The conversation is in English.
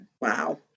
Wow